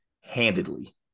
handedly